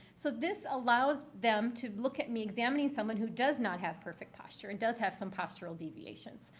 so this allows them to look at me examining someone who does not have perfect posture and does have some postural deviations.